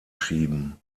schieben